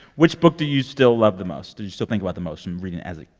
which book do you still love the most do you still think about the most from reading as a